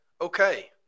okay